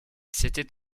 c’était